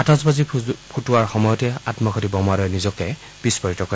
আতচবাজী ফুটোৱাৰ সময়তে আম্মঘাটী বোমাৰুৱে নিজকে বিস্ফোৰিত কৰে